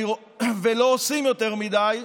ולא עושים יותר מדי,